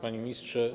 Panie Ministrze!